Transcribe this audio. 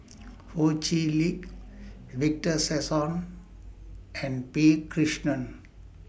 Ho Chee Lick Victor Sassoon and P Krishnan